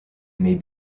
may